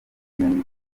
nyandiko